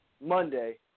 Monday